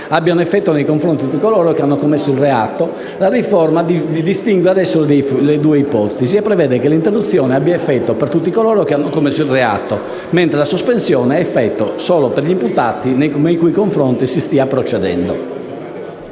abbiano effetto nei confronti di tutti coloro che hanno commesso il reato, la riforma distingue le due ipotesi e prevede che: l'interruzione ha effetto per tutti coloro che hanno commesso il reato; la sospensione ha effetto solo per gli imputati nei cui confronti si sta procedendo.